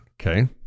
Okay